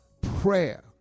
Prayer